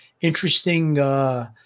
interesting